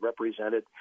represented